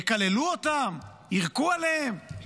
יקללו אותם, יירקו עליהם?